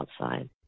outside